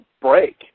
break